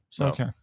Okay